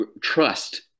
trust